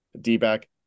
D-back